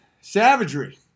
savagery